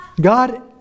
God